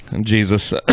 Jesus